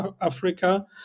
Africa